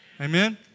Amen